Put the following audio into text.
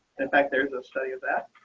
in fact, there's a study of that.